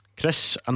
Chris